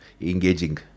engaging